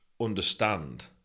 understand